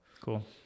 Cool